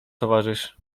towarzysz